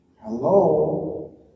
Hello